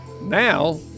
Now